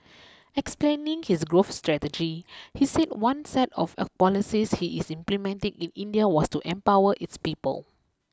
explaining his growth strategy he said one set of policies he is implementing in India was to empower its people